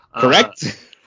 Correct